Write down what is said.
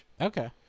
Okay